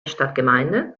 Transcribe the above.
stadtgemeinde